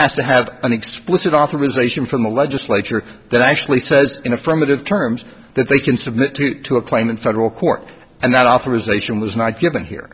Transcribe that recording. has to have an explicit authorization from a legislature that actually says in affirmative terms that they can submit to a claim in federal court and that authorization was not given here